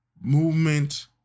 movement